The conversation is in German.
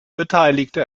beteiligte